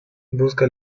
busca